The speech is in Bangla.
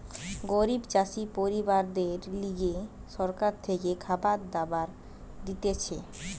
গরিব চাষি পরিবারদের লিগে সরকার থেকে খাবার দাবার দিতেছে